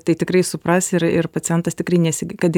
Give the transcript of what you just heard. tai tikrai supras ir ir pacientas tikrai nesitiki kad